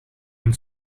and